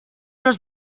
los